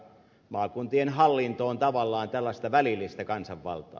maakuntien hallinto on tavallaan tällaista välillistä kansanvaltaa